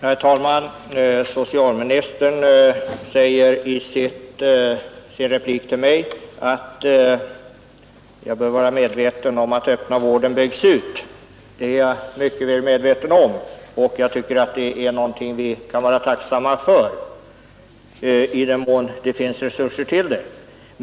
Herr talman! Socialministern säger i sin replik till mig att jag bör vara medveten om att den öppna vården byggs ut. Det är jag mycket väl medveten om, och jag tycker det är något vi skall vara tacksamma för — i den mån det finns resurser till detta.